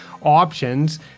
options